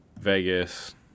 Vegas